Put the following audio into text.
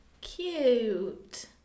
Cute